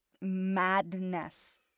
madness